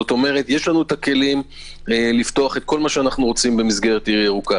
כלומר יש לנו הכלים לפתוח כל מה שאנו רוצים במסגרת עיר ירוקה.